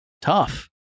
tough